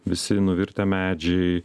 visi nuvirtę medžiai